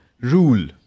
rule